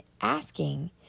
asking